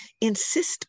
insist